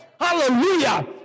Hallelujah